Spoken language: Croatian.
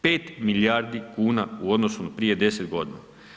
5 milijardi kuna u odnosnu na prije 10 godina.